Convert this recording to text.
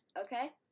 okay